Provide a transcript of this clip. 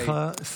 אני